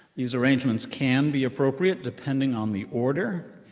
these arrangements can be appropriate, depending on the order,